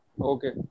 Okay